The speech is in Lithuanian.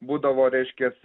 būdavo reiškias